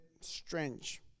strange